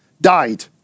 died